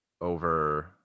Over